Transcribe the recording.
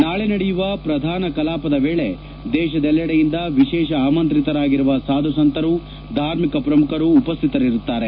ನಾಳೆ ನಡೆಯುವ ಪ್ರಧಾನ ಕಾಲಪದ ವೇಳೆ ದೇಶದೆಲ್ಲೆಡೆಯಿಂದ ವಿಶೇಷ ಆಮಂತ್ರಿತರಾಗಿರುವ ಸಾಧು ಸಂತರು ಧಾರ್ಮಿಕ ಪ್ರಮುಖರು ಉಪಸ್ಥಿತರಿರುತ್ತಾರೆ